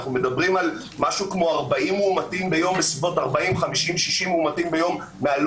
אנחנו מדברים על סביבות 40 50 60 מאומתים ביום מתוך הלא